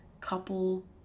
couple